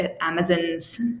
Amazon's